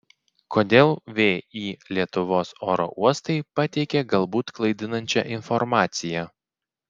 kodėl vį lietuvos oro uostai pateikė galbūt klaidinančią informaciją